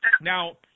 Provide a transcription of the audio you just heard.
Now